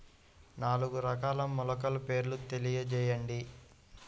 నాలుగు రకాల మొలకల పేర్లు తెలియజేయండి?